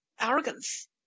arrogance